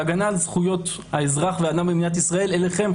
מובהק ומפורש להגנה על זכויות האזרח והאדם במדינת ישראל אליכם,